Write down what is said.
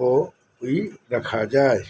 होई रखा जाए?